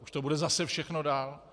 Už to bude zase všechno dál.